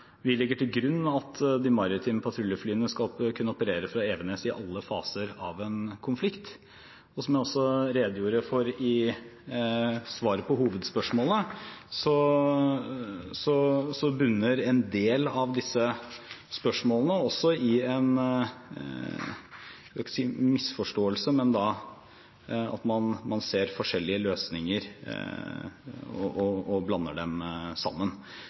vi legger til grunn at de maritime patruljeflyene skal kunne operere fra Evenes i alle faser av en konflikt. Som jeg også redegjorde for i svaret på hovedspørsmålet, bunner en del av disse spørsmålene i en misforståelse, ved at man ser forskjellige løsninger og blander dem sammen.